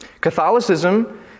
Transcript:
Catholicism